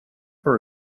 for